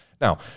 Now